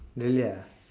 really ah